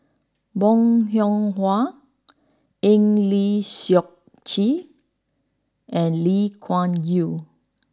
Bong Hiong Hwa Eng Lee Seok Chee and Lee Kuan Yew